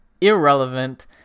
irrelevant